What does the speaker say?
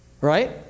right